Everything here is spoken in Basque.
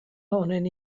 honen